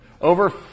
over